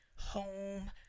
home